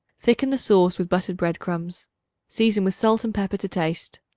thicken the sauce with buttered bread-crumbs season with salt and pepper to taste.